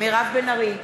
מירב בן ארי,